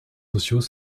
sociaux